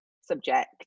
subject